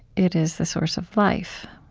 it is the source of life.